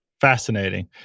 Fascinating